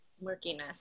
murkiness